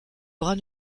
bras